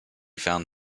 found